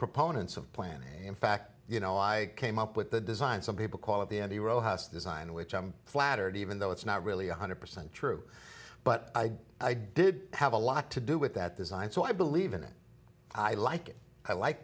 proponents of planning in fact you know i came up with the design some people call it the empty row house design which i'm flattered even though it's not really one hundred percent true but i did have a lot to do with that design so i believe in it i like it i like